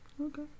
Okay